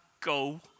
go